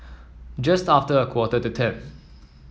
just after a quarter to ten